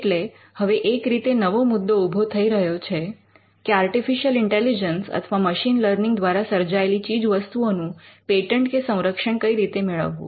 એટલે હવે એક રીતે નવો મુદ્દો ઊભો થઈ રહ્યો છે કે આર્ટિફિશિયલ ઇન્ટેલિજન્સ અથવા મશીન લર્નિંગ દ્વારા સર્જાયેલી ચીજવસ્તુઓનું પેટન્ટ કે સંરક્ષણ કઈ રીતે મેળવવું